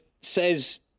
says